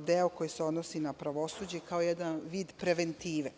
deo koji se odnosi na pravosuđe kao jedan vid preventive.